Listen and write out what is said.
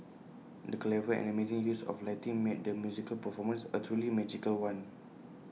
the clever and amazing use of lighting made the musical performance A truly magical one